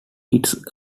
its